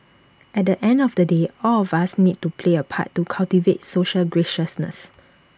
at the end of the day all of us need to play A part to cultivate social graciousness